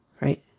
right